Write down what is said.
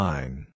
Line